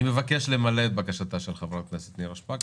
אני מבקש למלא את בקשתה של חברת הכנסת נירה שפק,